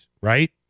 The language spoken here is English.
right